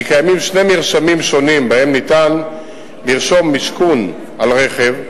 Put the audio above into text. שקיימים שני מרשמים שונים שבהם ניתן לרשום משכון על רכב: